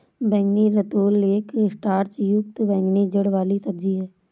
बैंगनी रतालू एक स्टार्च युक्त बैंगनी जड़ वाली सब्जी है